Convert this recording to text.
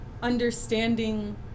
understanding